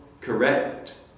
correct